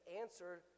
answer